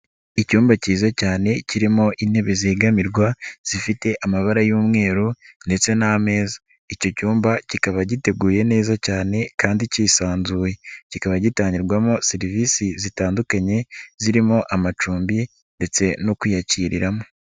Icyumba cyiza cyane kirimo intebe zegamirwa, zifite amabara y'umweru ndetse n'ameza. Icyo cyumba kikaba giteguye neza cyane kandi kisanzuye. Kikaba gitangirwamo serivisi zitandukanye, zirimo amacumbi ndetse no kwiyakiriramo.